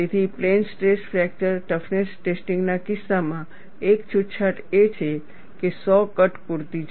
તેથી plane stress fracture toughness ટેસ્ટિંગના કિસ્સામાં એક છૂટછાટ એ છે કે સો કટ પૂરતી છે